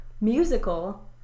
musical